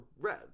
red